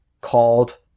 called